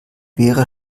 wäre